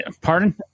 Pardon